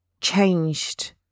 changed